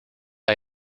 bij